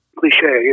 cliche